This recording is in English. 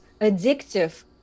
addictive